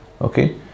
Okay